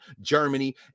Germany